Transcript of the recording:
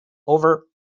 over